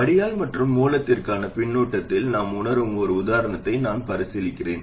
வடிகால் மற்றும் மூலத்திற்கான பின்னூட்டத்தில் நாம் உணரும் ஒரு உதாரணத்தை நான் பரிசீலிக்கிறேன்